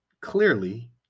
clearly